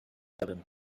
seven